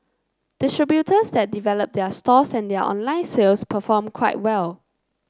distributors that develop their stores and their online sales perform quite well